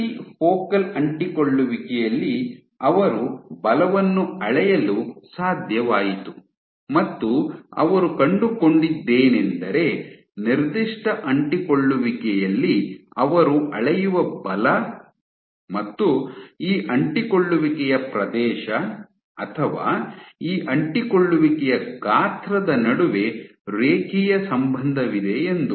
ಪ್ರತಿ ಫೋಕಲ್ ಅಂಟಿಕೊಳ್ಳುವಿಕೆಯಲ್ಲಿ ಅವರು ಬಲವನ್ನು ಅಳೆಯಲು ಸಾಧ್ಯವಾಯಿತು ಮತ್ತು ಅವರು ಕಂಡುಕೊಂಡದ್ದೇನೆಂದರೆ ನಿರ್ದಿಷ್ಟ ಅಂಟಿಕೊಳ್ಳುವಿಕೆಯಲ್ಲಿ ಅವರು ಅಳೆಯುವ ಬಲ ಮತ್ತು ಈ ಅಂಟಿಕೊಳ್ಳುವಿಕೆಯ ಪ್ರದೇಶ ಅಥವಾ ಈ ಅಂಟಿಕೊಳ್ಳುವಿಕೆಯ ಗಾತ್ರದ ನಡುವೆ ರೇಖೀಯ ಸಂಬಂಧವಿದೆ ಎಂದು